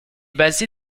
basé